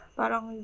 parang